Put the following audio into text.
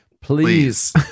please